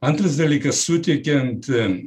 antras dalykas suteikiant